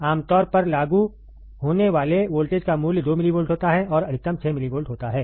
आमतौर पर लागू होने वाले वोल्टेज का मूल्य 2 मिलीवोल्ट होता है और अधिकतम 6 मिलीवोल्ट होता है